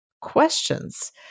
questions